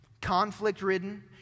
Conflict-ridden